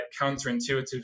counterintuitive